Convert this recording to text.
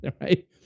Right